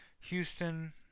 Houston